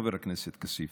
חבר הכנסת כסיף,